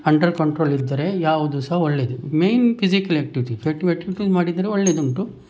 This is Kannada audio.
ಅಂಡರ್ ಕಂಟ್ರೋಲ್ ಇದ್ದರೆ ಯಾವುದು ಸಹ ಒಳ್ಳೇದು ಮೇಯ್ನ್ ಫಿಸಿಕಲ್ ಆಕ್ಟಿವಿಟಿಸ್ ಆಕ್ಟಿವಿಟಿ ಮಾಡಿದರೆ ಒಳ್ಳೇದುಂಟು